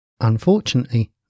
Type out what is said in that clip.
unfortunately